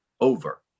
over